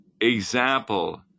example